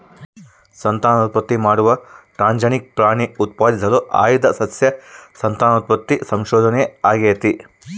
ಸಂತಾನೋತ್ಪತ್ತಿ ಮಾಡುವ ಟ್ರಾನ್ಸ್ಜೆನಿಕ್ ಪ್ರಾಣಿ ಉತ್ಪಾದಿಸಲು ಆಯ್ದ ಸಸ್ಯ ಸಂತಾನೋತ್ಪತ್ತಿ ಸಂಶೋಧನೆ ಆಗೇತಿ